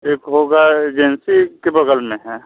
एक होगा एजेंसी के बग़ल में है